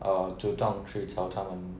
err 主动去找他们